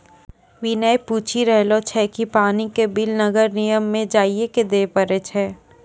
विनय पूछी रहलो छै कि पानी के बिल नगर निगम म जाइये क दै पड़ै छै?